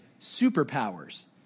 superpowers